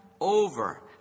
over